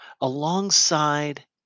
alongside